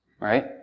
right